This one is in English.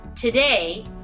Today